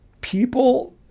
people